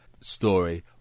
story